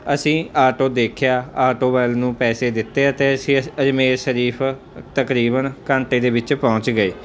ਅਸੀਂ ਆਟੋ ਦੇਖਿਆ ਆਟੋ ਵਾਲੇ ਨੂੰ ਪੈਸੇ ਦਿੱਤੇ ਅਤੇ ਅਸੀਂ ਅਜਮੇਰ ਸ਼ਰੀਫ ਤਕਰੀਬਨ ਘੰਟੇ ਦੇ ਵਿੱਚ ਪਹੁੰਚ ਗਏ